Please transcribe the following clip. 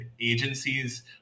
agencies